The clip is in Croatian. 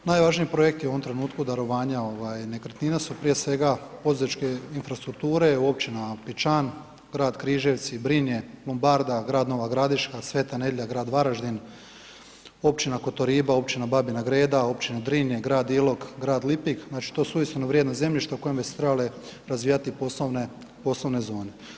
Najvažniji projekt u ovom trenutku su darovanja nekretnina, prije svega poduzetničke infrastrukture u općinama Pećan, grad Križevci, Brinje, Lombarda, grad Nova Gradiška, Sveta Nedjelja, grad Varaždin, općina Kotorima, općina Babina Greda, općina Drinje, grad Ilok, grad Lipik znači to su uistinu vrijedna zemljišta u kojima bi se trebale razvijati poslovne zone.